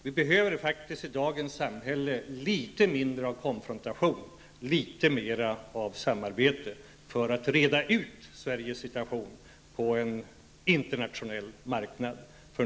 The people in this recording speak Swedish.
Vi behöver i dagens samhälle faktiskt litet mindre av konfrontation och litet mer av samarbete för att reda ut Sveriges situation på en internationell marknad.